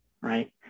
Right